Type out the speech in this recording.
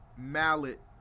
Mallet